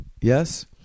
Yes